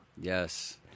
Yes